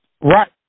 Right